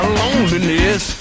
loneliness